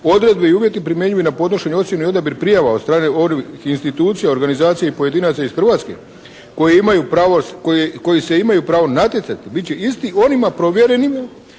odredbe i uvjeti primjenjivi na podnošenje ocjene i odabir prijava od strane ovih institucija, organizacija i pojedinaca iz Hrvatske koji imaju pravo, koji se imaju pravo natjecati bit će isti onima provjerenima